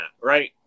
right